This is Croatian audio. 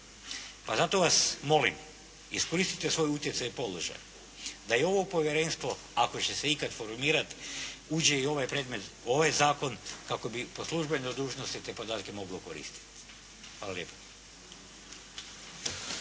Pa zato vas molim, iskoristite svoj utjecaj i položaj, da i u ovo povjerenstvo, ako će se ikad formirat, uđe i ovaj predmet, ovaj zakon kako bi po službenoj dužnosti te podatke moglo koristiti. Hvala lijepo.